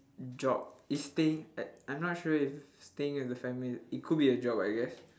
job is stay~ at I'm not sure if staying as a family it could be a job I guess